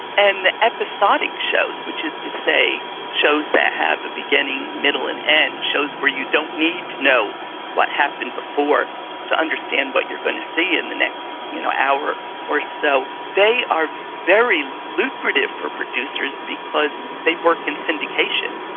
and episodic shows, which is to say shows that have a beginning, middle and end, shows where you don't need to know what happened before to understand what you're going to see in the next you know hour or so they are very lucrative for producers because they've worked in syndication.